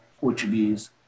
Portuguese